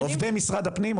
עובדי משרד הפנים?